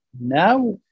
Now